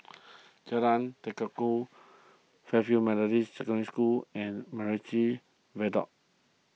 Jalan Tekukor Fairfield Methodist Secondary School and MacRitchie Viaduct